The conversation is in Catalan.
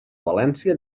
valència